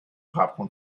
popcorn